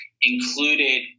included